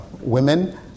women